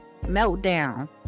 Meltdown